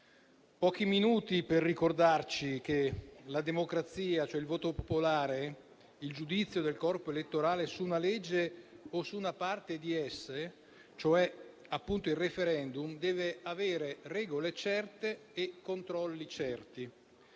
pochi minuti per ricordarci che la democrazia, cioè il voto popolare e il giudizio del corpo elettorale su una legge o su una parte di essa, ossia appunto il *referendum*, devono avere regole certe e controlli certi.